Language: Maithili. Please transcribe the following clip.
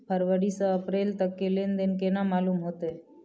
फरवरी से अप्रैल तक के लेन देन केना मालूम होते?